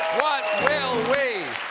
what will we?